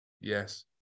yes